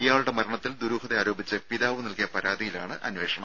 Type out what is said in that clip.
ഇയാളുടെ മരണത്തിൽ ദുരൂഹത ആരോപിച്ച് പിതാവ് നൽകിയ പരാതിയിലാണ് അന്വേഷണം